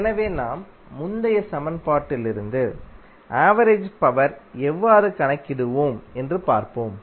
எனவே நாம் பெற்ற முந்தைய சமன்பாட்டிலிருந்து ஆவரேஜ் பவர் எவ்வாறு கணக்கிடுவோம் என்று பார்ப்போம்